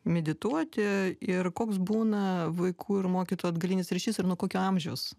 medituoti ir koks būna vaikų ir mokytojo atgalinis ryšys ir nuo kokio amžiaus